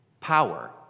power